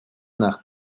nach